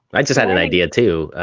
i just had an idea, too,